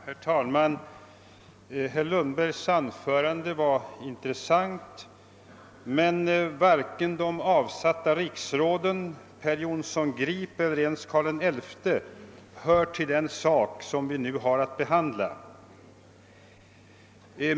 Herr talman! Herr Lundbergs anförande var intressant, men varken de avsatta riksråden, Bo Jonsson Grip eller ens Karl XI hör till det ärende som vi nu har att behandla.